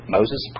Moses